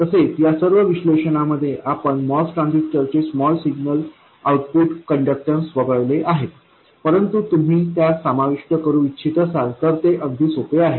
तसेच या सर्व विश्लेषणामध्ये आपण MOS ट्रान्झिस्टरचे स्मॉल सिग्नल आउटपुट कंडक्टन्स वगळले आहेत परंतु तुम्ही त्यास समाविष्ट करू इच्छित असाल तर ते अगदी सोपे आहे